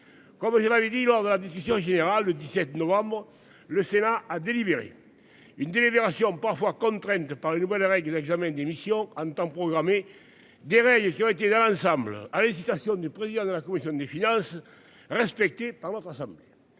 Comment avait dit lors de la discussion générale, le 17 novembre, le Sénat a délibéré. Une délibération parfois contrainte par les nouvelles règles de l'examen d'. En temps programmé des règles et si on était dans l'ensemble, à l'invitation du président de la commission des finances. Par mois ça ça.